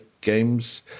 games